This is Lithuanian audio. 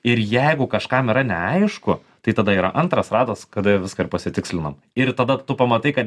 ir jeigu kažkam yra neaišku tai tada yra antras ratas kada viską ir pasitikslinam ir tada tu pamatai kad